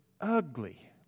ugly